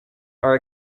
are